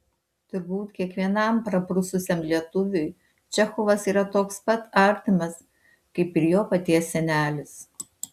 turbūt kiekvienam praprususiam lietuviui čechovas yra toks pat artimas kaip ir jo paties senelis